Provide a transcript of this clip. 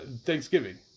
Thanksgiving